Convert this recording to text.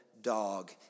dog